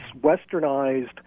westernized